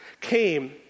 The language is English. came